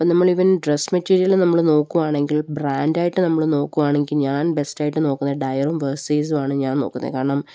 അപ്പം നമ്മള് ഇവൻ ഡ്രസ് മെറ്റീരിയല് നമ്മള് നോക്കുകയാണെങ്കിൽ ബ്രാൻഡായിട്ട് നമ്മള് നോക്കുകയാണെങ്കില് ഞാൻ ബെസ്റ്റായിട്ട് നോക്കുന്നത് ഡയറും വേഴസൈസുമാണ് ഞാന് നോക്കുന്നത് കാരണം